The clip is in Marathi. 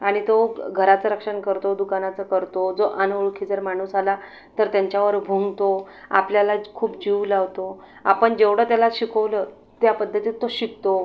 आणि तो घ् घराचं रक्षण करतो दुकानाचं करतो जो अनोळखी जर माणूस आला तर त्यांच्यावर भुंकतो आपल्याला खूप जीव लावतो आपण जेवढं त्याला शिकवलं त्या पद्धतीत तो शिकतो